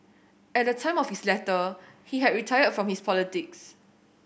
at the time of his letter he had retired from his politics